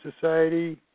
Society